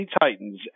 Titans